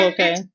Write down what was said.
Okay